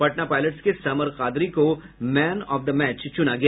Patna pilots के समर कादरी को man of the match चुना गया